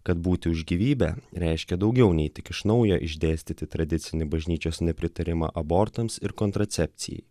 kad būti už gyvybę reiškė daugiau nei tik iš naujo išdėstyti tradicinį bažnyčios nepritarimą abortams ir kontracepcijai